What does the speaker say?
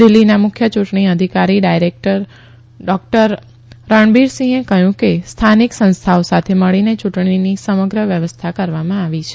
દિલ્હીના મુખ્ય યુંટણી અધિકારી ડોકટર રણબીરસીંહે કહયું કે સ્થાનિક સંસ્થાઓ સાથે મળીને ચુંટણીની સમગ્ર વ્યવસ્થા કરવામાં આવી છે